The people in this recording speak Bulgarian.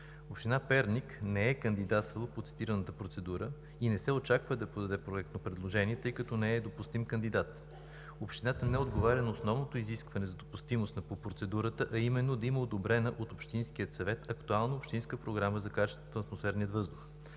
Община Перник не е кандидатствала по цитираната процедура и не се очаква да подаде проектно предложение, тъй като не е допустим кандидат. Общината не отговаря на основното изискване за допустимост по процедурата, а именно да има одобрена от общинския съвет актуална общинска програма за качеството на атмосферния въздух.